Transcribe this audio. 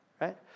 right